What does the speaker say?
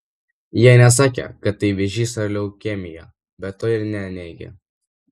jie nesakė kad tai vėžys ar leukemija bet to ir neneigė